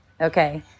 Okay